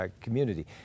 Community